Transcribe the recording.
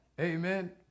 Amen